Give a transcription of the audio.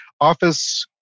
office